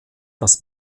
das